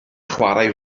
chwarae